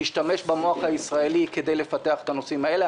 להשתמש במוח הישראלי כדי לפתח את הנושאים האלה.